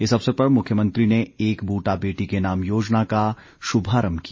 इस अवसर पर मुख्यमंत्री ने एक बूटा बेटी के नाम योजना का शुभारंभ किया